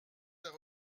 d’un